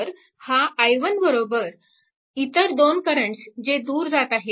तर हा i1 इतर दोन करंट्स जे दूर जात आहेत